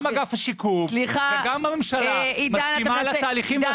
אגף השיקום וגם הממשלה מסכימים לתהליכים,